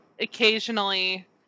occasionally